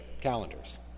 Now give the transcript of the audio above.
calendars